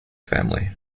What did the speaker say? family